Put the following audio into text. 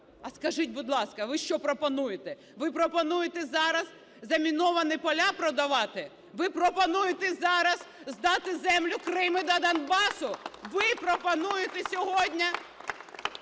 А скажіть, будь ласка, ви що пропонуєте? Ви пропонуєте зараз заміновані поля продавати? Ви пропонуєте зараз здати землю Криму та Донбасу? Ви пропонуєте сьогодні